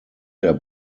der